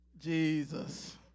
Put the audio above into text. Jesus